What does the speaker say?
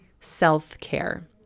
self-care